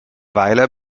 weiler